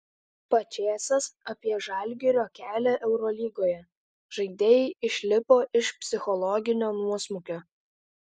pačėsas apie žalgirio kelią eurolygoje žaidėjai išlipo iš psichologinio nuosmukio